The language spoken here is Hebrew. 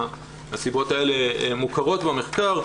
הסיבות האלה מוכרות במחקר.